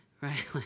right